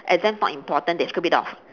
exams not important they scrape it off